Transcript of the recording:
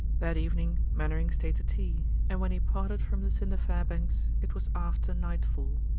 that evening mainwaring stayed to tea and when he parted from lucinda fairbanks it was after nightfall,